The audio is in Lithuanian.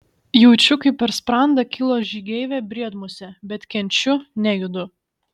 jaučiu kaip per sprandą kyla žygeivė briedmusė bet kenčiu nejudu